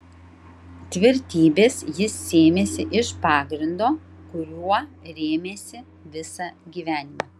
tvirtybės jis sėmėsi iš pagrindo kuriuo rėmėsi visą gyvenimą